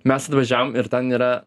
mes atvažiavom ir ten yra